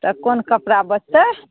तऽ कोन कपड़ा बचतै